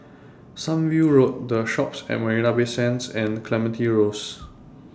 Sunview Road The Shoppes At Marina Bay Sands and Clementi Close